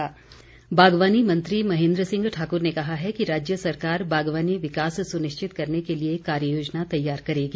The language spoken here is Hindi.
महेन्द्र सिंह बागवानी मंत्री महेन्द्र सिंह ठाकुर ने कहा है कि राज्य सरकार बागवानी विकास सुनिश्चित करने के लिए कार्य योजना तैयार करेगी